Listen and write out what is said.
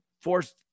forced